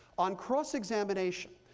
on cross examination,